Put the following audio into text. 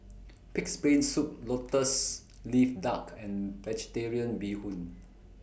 Pig'S Brain Soup Lotus Leaf Duck and Vegetarian Bee Hoon